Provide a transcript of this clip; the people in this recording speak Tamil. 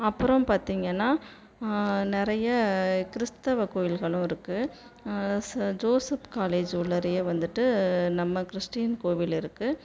அப்புறம் பார்த்திங்கன்னா நிறைய கிறிஸ்தவ கோயில்களும் இருக்கு ச ஜோசப் காலேஜ் உள்ளாறயே வந்துவிட்டு நம்ம கிறிஸ்டியன் கோவில் இருக்கு